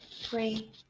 Three